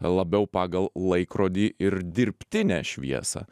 labiau pagal laikrodį ir dirbtinę šviesą